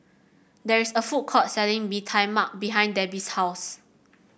there is a food court selling Bee Tai Mak behind Debby's house